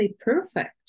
perfect